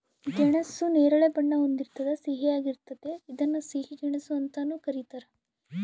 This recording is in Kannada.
ಗೆಣಸು ನೇರಳೆ ಬಣ್ಣ ಹೊಂದಿರ್ತದ ಸಿಹಿಯಾಗಿರ್ತತೆ ಇದನ್ನ ಸಿಹಿ ಗೆಣಸು ಅಂತಾನೂ ಕರೀತಾರ